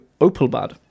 Opelbad